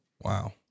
Wow